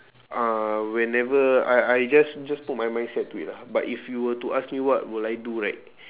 uh whenever I I just just put my mindset to it lah but if you were to ask me what will I do right